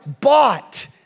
bought